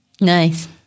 Nice